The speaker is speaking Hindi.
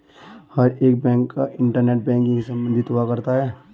हर एक बैंक का इन्टरनेट बैंकिंग से सम्बन्ध हुआ करता है